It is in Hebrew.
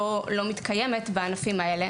לא מתקיים בהם.